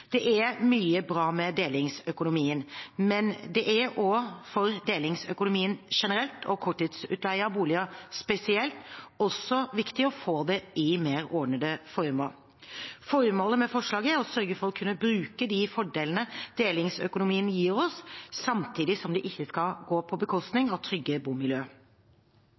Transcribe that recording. Det er mye bra med delingsøkonomien, men det er for delingsøkonomien generelt – og for korttidsutleie av boliger spesielt – også viktig å få det i mer ordnede former. Formålet med forslaget er å sørge for å kunne bruke de fordelene delingsøkonomien gir oss, samtidig som det ikke skal gå på bekostning av trygge bomiljøer.